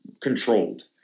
Controlled